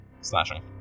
Slashing